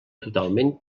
totalment